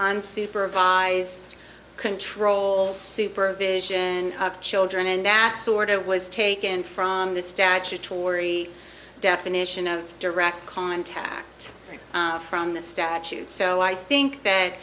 unsupervised control supervision of children and that sort of was taken from the statutory definition of direct contact from the statute so i think that